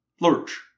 lurch